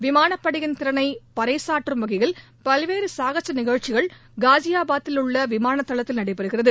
விமானப் படையின் திறனை பறைசாற்றும் வகையில் பல்வேறு சாகச நிகழ்ச்சிகள் காசியாபாத்திலுள்ள விமான தளத்தில் நடைபெறுகிறது